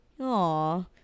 Aw